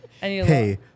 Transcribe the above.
Hey